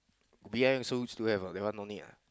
behind also used to have ah that one don't need lah